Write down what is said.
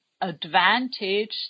advantage